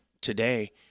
today